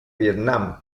vietnam